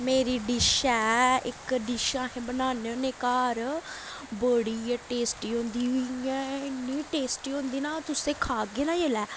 मेरी डिश ऐ इक डिश अस बनान्ने होन्नें घर बड़ी गै टेस्टी होंदी इ'यां इन्नी टेस्टी होंदी ना तुस एह् खागे न जेल्लै